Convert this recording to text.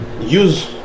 use